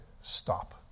Stop